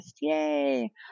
yay